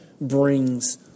brings